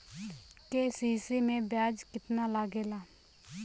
KCC में ब्याज कितना लागेला?